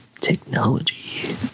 technology